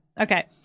Okay